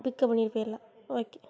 pickup பண்ணிட்டு போயிடலாம் okay